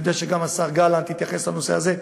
ואני יודע שגם השר גלנט יתייחס לנושא הזה,